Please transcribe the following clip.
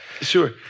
Sure